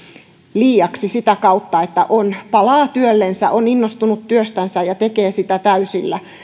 liiaksi sitä kautta että palaa työllensä on innostunut työstänsä tekee sitä täysillä